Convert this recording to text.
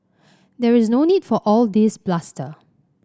there is no need for all this bluster